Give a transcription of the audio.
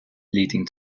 leading